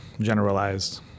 generalized